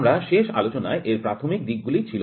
আমরা শেষ আলোচনায় এর প্রাথমিক দিকগুলি ছিল